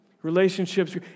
relationships